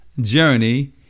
journey